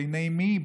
ובעיני מי?